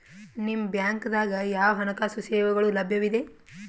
ನಿಮ ಬ್ಯಾಂಕ ದಾಗ ಯಾವ ಹಣಕಾಸು ಸೇವೆಗಳು ಲಭ್ಯವಿದೆ?